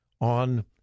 on